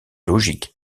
logique